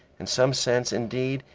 in some sense, indeed,